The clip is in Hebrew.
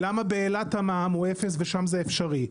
למה באילת המע"מ הוא אפס ולמה שם זה אפשרי?